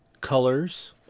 colors